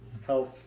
health